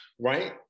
right